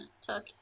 took